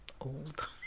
old